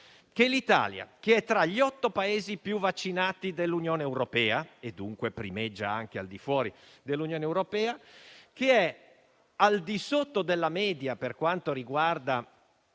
che l'Italia, che è tra gli otto Paesi più vaccinati dell'Unione europea, e dunque primeggia anche al di fuori dell'Unione europea, e che è al di sotto della media per quanto riguarda